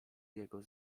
jego